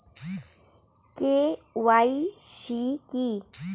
KYC কী?